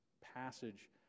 passage